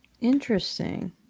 Interesting